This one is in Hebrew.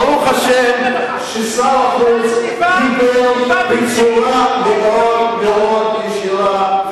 ברוך השם ששר החוץ דיבר בצורה מאוד מאוד ישירה,